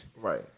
Right